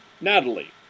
Natalie